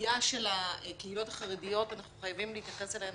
הסוגיה של הקהילות החרדיות אנחנו חייבים להתייחס אליהן